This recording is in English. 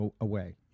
away